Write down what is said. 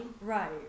Right